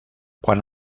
quant